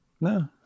No